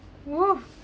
!whoa!